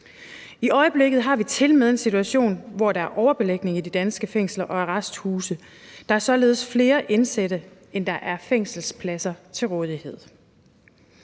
I øjeblikket har vi tilmed en situation, hvor der er overbelægning i de danske fængsler og arresthuse. Der er således flere indsatte, end der er fængselspladser til rådighed.